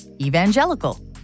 Evangelical